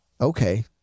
okay